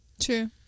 True